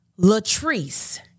Latrice